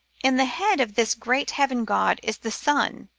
in the head of this great heaven-god is the sun,